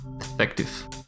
effective